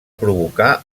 provocar